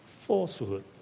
falsehood